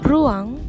Ruang